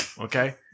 Okay